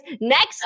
Next